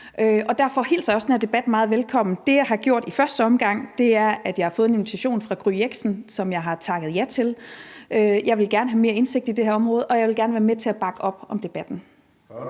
Derfor hilser jeg også den her debat meget velkommen. Det, jeg har gjort i første omgang, er, at jeg har takket ja til en invitation, som jeg har fået fra Gry Jexen. Jeg vil gerne have mere indsigt i det her område, og jeg vil gerne være med til at bakke op om debatten.